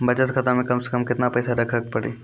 बचत खाता मे कम से कम केतना पैसा रखे पड़ी?